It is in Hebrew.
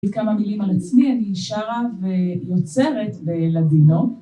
עם כמה מילים על עצמי, אני שרה ויוצרת בלאדינו.